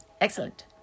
excellent